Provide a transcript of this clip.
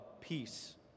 peace